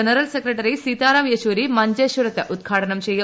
general secretary Sitaram Yechury മഞ്ചേശ്വരത്ത് ഉദ്ഘാടനം ചെയ്യും